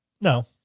No